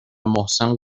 محسن